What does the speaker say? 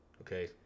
okay